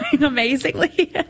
amazingly